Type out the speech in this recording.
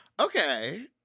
Okay